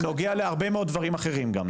נוגע להרבה מאוד דברים אחרים גם,